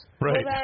Right